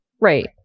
right